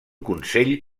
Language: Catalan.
consell